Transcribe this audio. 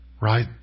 Right